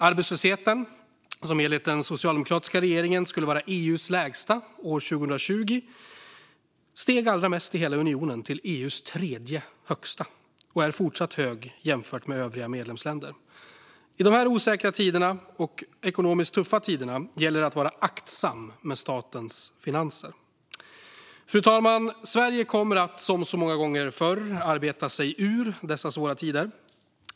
Arbetslösheten, som enligt den socialdemokratiska regeringen skulle vara EU:s lägsta år 2020, steg allra mest i hela unionen till EU:s tredje högsta och är fortsatt hög jämfört med hur det är i övriga medlemsländer. I dessa osäkra och ekonomiskt tuffa tider gäller det att vara aktsam med statens finanser. Fru talman! Sverige kommer att, som så många gånger förr, arbeta sig ur dessa svåra tider.